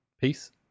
Peace